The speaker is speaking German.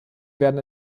werden